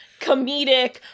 comedic